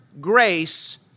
grace